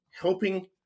helping